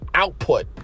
output